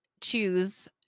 choose